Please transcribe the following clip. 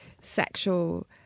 sexual